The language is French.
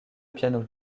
piano